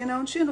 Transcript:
והמשטרה תחליט.